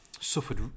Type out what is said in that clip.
suffered